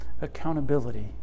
accountability